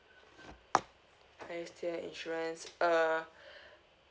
premium insurance uh